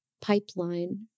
pipeline